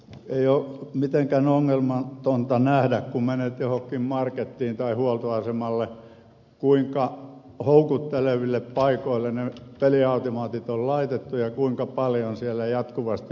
ei ole mitenkään ongelmatonta nähdä kun menet johonkin markettiin tai huoltoasemalle kuinka houkutteleville paikoille ne peliautomaatit on laitettu ja kuinka paljon siellä jatkuvasti on pelaajia